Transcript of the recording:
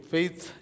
Faith